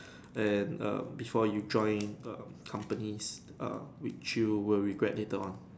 and um before you joined um companies um which you will regret later on